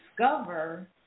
discover